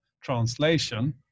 translation